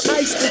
ice